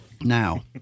Now